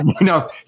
No